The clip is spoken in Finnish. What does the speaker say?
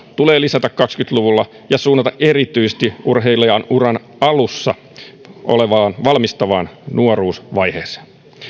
tulee lisätä kaksikymmentä luvulla ja suunnata erityisesti urheilijan uran alussa olevaan valmistavaan nuoruusvaiheeseen